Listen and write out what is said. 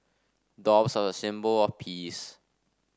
doves are a symbol of peace